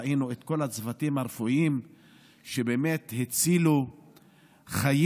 ראינו את כל הצוותים הרפואיים שהצילו חיים.